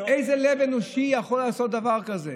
איזה לב אנושי יכול לעשות דבר כזה